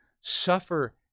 suffer